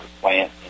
plant